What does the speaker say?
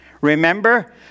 Remember